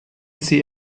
see